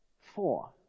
Four